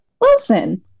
Wilson